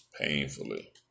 painfully